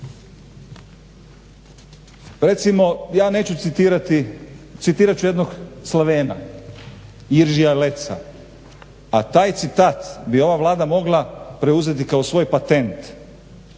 Recimo ja neću citirati, citirat ću jednog Slovena …, a taj citat bi ova Vlada mogla preuzeti kao svoj patent.